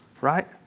right